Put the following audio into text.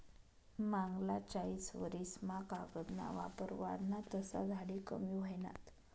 मांगला चायीस वरीस मा कागद ना वापर वाढना तसा झाडे कमी व्हयनात